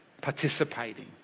participating